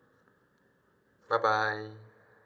bye bye